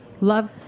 Love